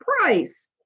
price